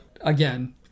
Again